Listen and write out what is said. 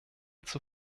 zur